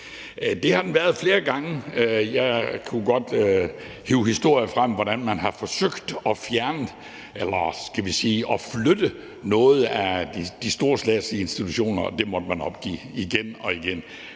Det har den været flere gange. Jeg kunne godt hive historier frem om, hvordan man har forsøgt at fjerne, eller skal vi sige at flytte, nogle af de store statslige institutioner, og det har man måttet opgive igen og igen.